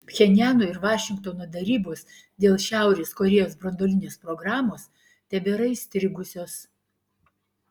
pchenjano ir vašingtono derybos dėl šiaurės korėjos branduolinės programos tebėra įstrigusios